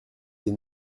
des